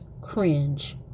cringe